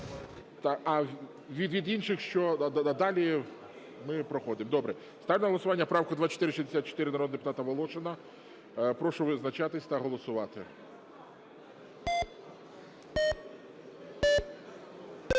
Від інших що… Ми проходимо... Добре. Ставлю на голосування правку 2464 народного депутата Волошина. Прошу визначатись та голосувати.